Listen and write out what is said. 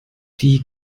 die